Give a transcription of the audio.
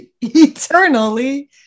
Eternally